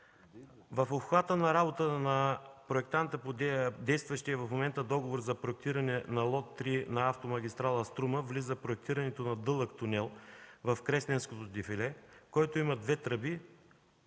В обхвата на работа на проектанта по действащия в момента договор за проектиране на лот 3 на автомагистрала „Струма” влиза проектирането на дълъг тунел в Кресненското дефиле, който има две тръби